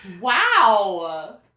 Wow